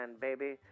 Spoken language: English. baby